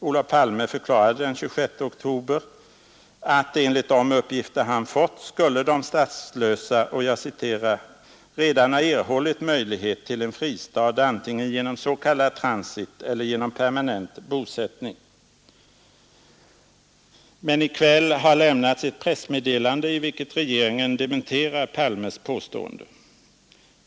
Olof Palme förklarade den 26 oktober att enligt de uppgifter han fått skulle de statslösa redan ha ”erhållit möjlighet till en fristad antingen genom s.k. transit eller genom permanent bosättning”. Men i kväll har lämnats ett pressmeddelande i vilket regeringen dementerar Palmes påstående.